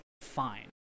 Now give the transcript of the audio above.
fine